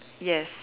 yes